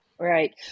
Right